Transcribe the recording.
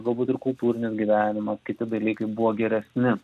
galbūt ir kultūrinis gyvenimas kiti dalykai buvo geresni